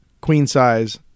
queen-size